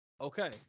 Okay